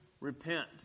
repent